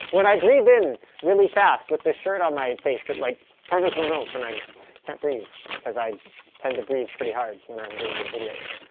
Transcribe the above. when i breathe in really fast, with this shirt on my face, it like covers my mouth and i can't breathe, cause i tend to breathe pretty hard when i'm doing these videos.